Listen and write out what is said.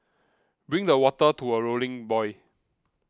bring the water to a rolling boil